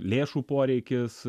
lėšų poreikis